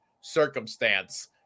circumstance